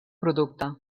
producte